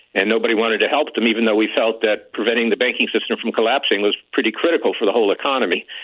and nobody wanted to help them, even though we felt that preventing the banking system from collapsing was pretty critical for the whole economy.